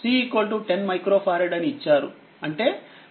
C 10 micro farad అని ఇచ్చారు అంటే 1010 6మరియు ఇది మీ v అది v 2tఅంటే dvdt 2